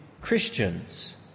Christians